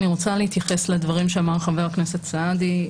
אני רוצה להתייחס לדברים שאמר חבר הכנסת סעדי,